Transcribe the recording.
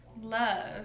Love